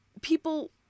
People